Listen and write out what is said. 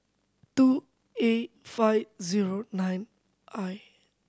two A five zero nine I